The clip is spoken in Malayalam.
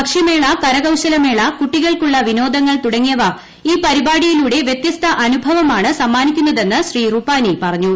ഭക്ഷ്യമേള കരകൌശല മേള കൂട്ടികൾക്കുള്ള വിനോദങ്ങൾ തുടങ്ങിയവ ഈ പരിപാടിയിലൂടെ വൃത്യസ്ത അനുഭവമാണ് സമ്മാനിക്കുന്നതെന്ന് ശ്രീ റുപാനി പറഞ്ഞു